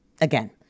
Again